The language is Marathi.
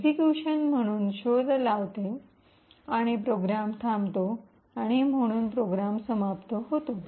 एक्सिक्यूशन म्हणून शोध लावते आणि प्रोग्राम थांबतो आणि म्हणून प्रोग्राम समाप्त होतो